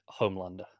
homelander